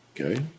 Okay